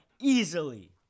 easily